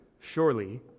surely